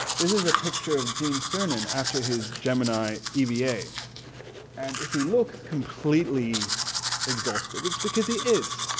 this is a picture of gene cernan after his gemini eva and if he looks completely exhausted it's because he is.